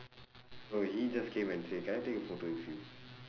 no no he just came and say can I take a photo with you